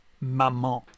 Maman